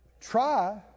try